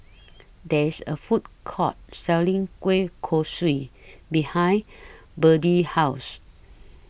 There IS A Food Court Selling Kueh Kosui behind Birdie's House